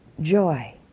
joy